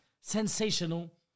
sensational